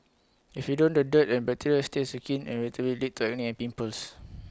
if you don't the dirt and bacteria that stays your skin and regularly turning and pimples